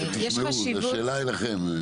תשמעו, זו שאלה אליכם.